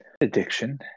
Addiction